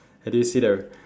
and do you see the